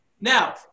Now